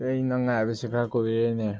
ꯑꯩ ꯅꯪ ꯉꯥꯏꯕꯁꯦ ꯈꯔ ꯀꯨꯏꯔꯦꯅꯦ